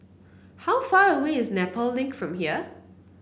how far away is Nepal Link from here